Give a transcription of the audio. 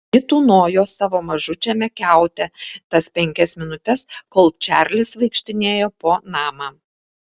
ji tūnojo savo mažučiame kiaute tas penkias minutes kol čarlis vaikštinėjo po namą